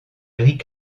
gris